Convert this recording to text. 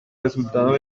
resultado